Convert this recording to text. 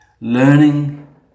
learning